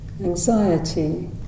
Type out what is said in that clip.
anxiety